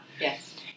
Yes